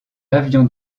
avion